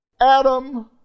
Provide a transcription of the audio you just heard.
Adam